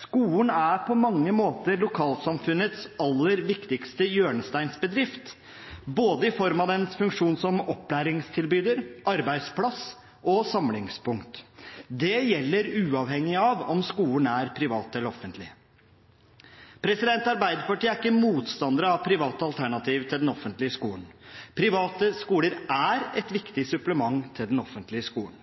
Skolen er på mange måter lokalsamfunnets aller viktigste hjørnesteinsbedrift, både i form av dens funksjon som opplæringstilbyder, som arbeidsplass og som samlingspunkt. Det gjelder uavhengig av om skolen er privat eller offentlig. Arbeiderpartiet er ikke motstandere av private alternativ til den offentlige skolen. Private skoler er et viktig supplement til den offentlige skolen.